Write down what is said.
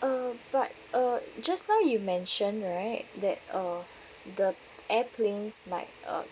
uh but uh just now you mentioned right that uh the airplanes might uh